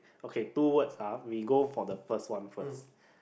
okay two words ah we go for the first one first